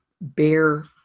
bear